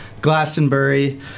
Glastonbury